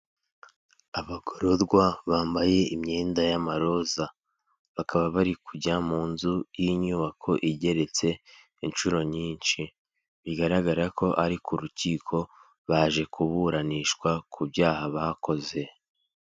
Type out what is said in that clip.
Abagororwa bambaye imyenda y'amaroza bakaba bari kujya mu nzu y'inyubako igeretse inshuro nyinshi bigaragara ko ari ku rukiko baje kuburanishwa ku byaha bakoze.